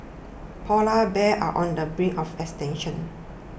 Polar Bears are on the brink of extinction